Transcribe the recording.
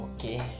Okay